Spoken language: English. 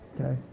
Okay